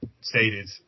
stated